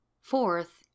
Fourth